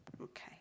Okay